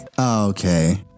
Okay